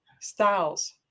styles